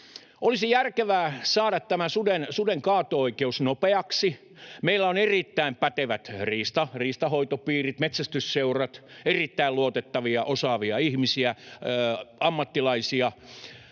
olisi järkevää saada tämä suden kaato-oikeus nopeaksi. Meillä on erittäin pätevät riistanhoitopiirit ja metsästysseurat, erittäin luotettavia, osaavia ihmisiä, ammattilaisia,